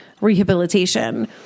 rehabilitation